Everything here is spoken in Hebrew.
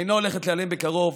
אינה הולכת להיעלם בקרוב.